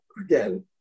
again